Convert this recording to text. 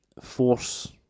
force